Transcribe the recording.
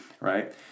right